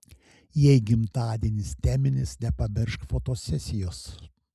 jei gimtadienis teminis nepamiršk fotosesijos